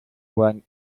were